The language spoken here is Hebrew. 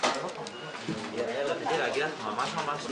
נגיד על השנים 2018,